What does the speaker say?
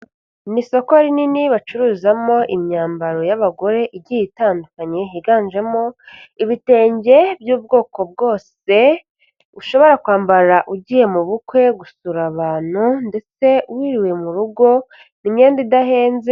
Ni isoko rinini bacururizamo imyambaro y'abagore igiye itandukanye, higanjemo ibitenge by'ubwoko bwose ushobora kwambara ugiye mu bukwe, gusura abantu ndetse wiriwe mu rugo, imyenda idahenze...